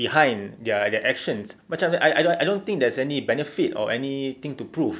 behind their their actions macam I I don't think there's any benefit or anything to prove